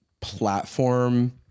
platform